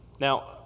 Now